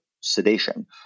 sedation